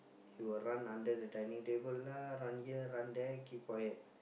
he will run under the dining table lah run here run there keep quiet